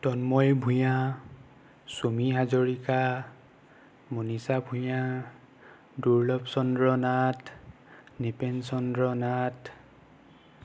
Tanmoy Bhuyan Chumi Hazarika Manisha Bhuyan Durlabh Chandra Nath Nripen Chandra Nath